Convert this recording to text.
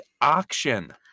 auction